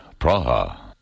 Praha